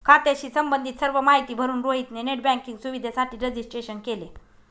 खात्याशी संबंधित सर्व माहिती भरून रोहित ने नेट बँकिंग सुविधेसाठी रजिस्ट्रेशन केले